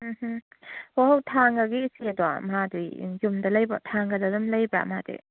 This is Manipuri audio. ꯎꯝꯍꯨꯝ ꯍꯣ ꯍꯣ ꯊꯥꯡꯒꯒꯤ ꯏꯆꯦꯗꯣ ꯃꯥꯗꯤ ꯌꯨꯝꯗ ꯂꯩꯕ꯭ꯔꯣ ꯊꯥꯡꯒꯗ ꯑꯗꯨꯝ ꯂꯩꯕ꯭ꯔꯥ ꯃꯥꯗꯤ